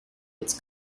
its